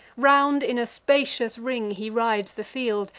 round in a spacious ring he rides the field,